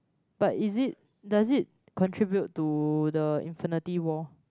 but is it does it contribute to the Infinity-War